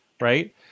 right